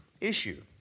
issue